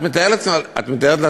את מתארת לעצמך,